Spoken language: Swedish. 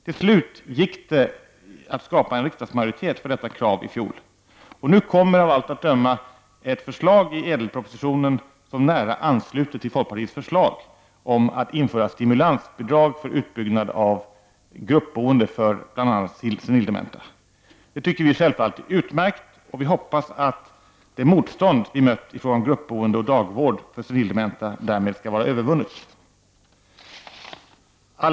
Till slut gick det att skapa en riksdagsmajoritet för detta krav i fjol, och nu kommer av allt att döma ett förslag i Ädelpropositionen som nära ansluter till folkpartiets förslag om att införa stimulansbidrag för utbyggnad av gruppboende för bl.a. senildementa. Det tycker vi självfallet är utmärkt och hoppas därmed att det mostånd vi mött i fråga om gruppboende och dagvård för senildementa därmed skall vara övervunnet. 6.